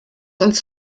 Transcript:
uns